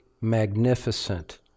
magnificent